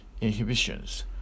inhibitions